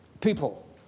people